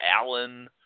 Allen